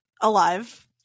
alive